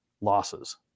losses